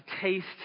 taste